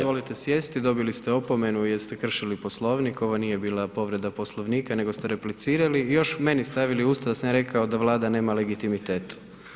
Izvolite sjesti, dobili ste opomenu jer ste kršili Poslovnik, ovo nije bila povreda Poslovnika nego ste replicirali i još meni stavili u usta da sam ja rekao da Vlada nema legitimitet.